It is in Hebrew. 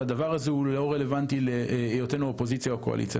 והדבר הזה לא רלוונטי להיותנו אופוזיציה או קואליציה.